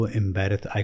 embarrassed